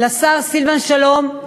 לשר סילבן שלום,